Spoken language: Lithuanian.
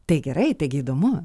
tai gerai taigi įdomu